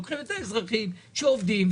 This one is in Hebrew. לוקחים את האזרחים שעובדים,